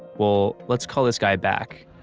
well, let's call this guy back